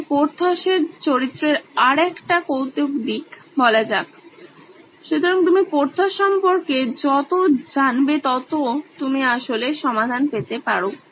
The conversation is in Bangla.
তাই পোর্থসের চরিত্রের আরেকটা কৌতুক দিক সুতরাং তুমি পোর্থস সম্পর্কে যত জানবে ততো তুমি আসলে সমাধান পেতে পারো